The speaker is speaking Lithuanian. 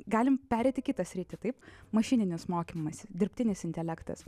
galim pereiti į kitą sritį taip mašininis mokymasis dirbtinis intelektas